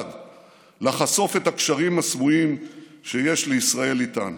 לחשוף את הקשרים הסמויים שיש לישראל איתן.